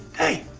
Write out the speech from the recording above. hey,